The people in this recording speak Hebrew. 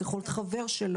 זה יכול להיות חבר שלו.